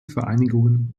vereinigungen